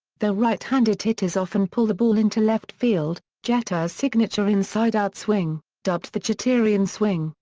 though right-handed hitters often pull the ball into left field, jeter's signature inside-out swing, dubbed the jeterian swing,